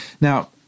Now